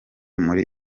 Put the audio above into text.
muri